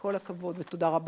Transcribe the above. כל הכבוד ותודה רבה.